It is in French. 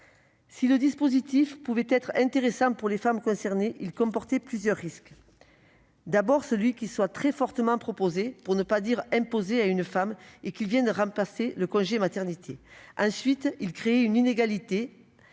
Si le dispositif pouvait être intéressant pour les femmes concernées, il comportait plusieurs risques : d'abord, celui qu'il soit très fortement proposé- pour ne pas dire imposé -à une femme et qu'il vienne remplacer le congé maternité. Ensuite, il créait une inégalité